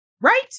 Right